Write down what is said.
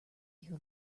who